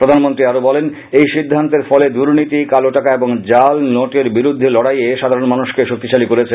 প্রধানমন্ত্রী আরো বলেন এই সিদ্ধান্তের ফলে দুর্নীতি কালো টাকা এবং জাল নোটের বিরুদ্ধে লড়াইয়ে সাধারণ মানুষকে শক্তিশালী করেছে